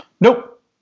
Nope